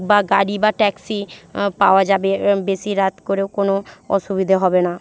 বা গাড়ি বা ট্যাক্সি পাওয়া যাবে বেশি রাত করেও কোনো অসুবিধে হবে না